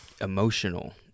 emotional